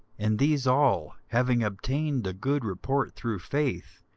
and these all, having obtained a good report through faith,